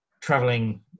traveling